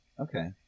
Okay